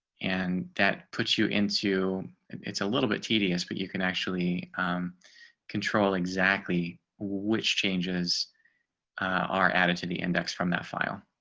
and that puts you into it's a little bit tedious, but you can actually control exactly which changes are added to the index from that file.